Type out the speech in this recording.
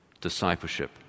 discipleship